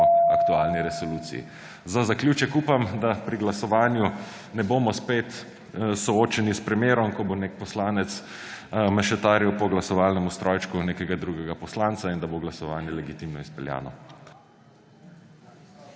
aktualni resoluciji. Za zaključek upam, da pri glasovanju ne bomo spet soočeni s primerom, ko bo nek poslanec mešetaril po glasovalnem strojčku nekega drugega poslanca, in da bo glasovanje legitimno izpeljano.